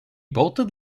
bolted